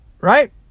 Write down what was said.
Right